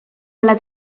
ala